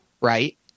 Right